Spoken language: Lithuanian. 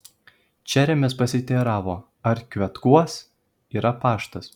čeremis pasiteiravo ar kvetkuos yra paštas